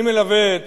אני מלווה את